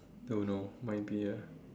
don't know might be ah